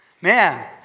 Man